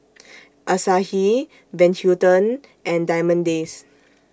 Asahi Van Houten and Diamond Days